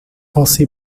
você